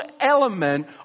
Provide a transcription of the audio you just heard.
element